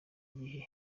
gihe